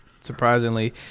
Surprisingly